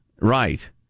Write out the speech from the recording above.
Right